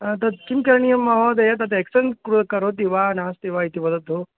तत् किं करणीयं महोदय तत् एक्सचेञ् क करोति वा नास्ति वा इति वदतु